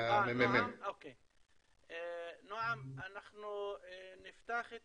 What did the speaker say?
אנחנו נפתח את